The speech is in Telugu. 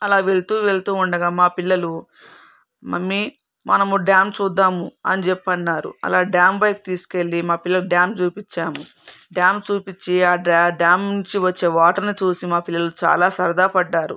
అలా వెళ్తూ వెళ్తూ ఉండగా మా పిల్లలు మమ్మీ మనము డ్యాం చూద్దాము అని చెప్పి అన్నారు అలా డ్యాంపై తీసుకెళ్లి మా పిల్లలకు డ్యాం చూపించాము డ్యాం చూపించి ఆ డ్యాం నుంచి వచ్చే వాటన్ని చూచి మా పిల్లలు చాలా సరదా పడ్డారు